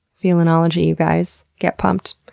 felinology, you guys. get pumped.